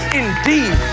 indeed